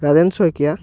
Rajen Saikia